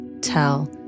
tell